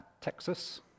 Texas